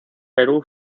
perú